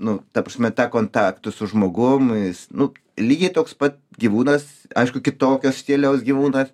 nu ta prasme tą kontaktą su žmogum jis nu lygiai toks pat gyvūnas aišku kitokio stiliaus gyvūna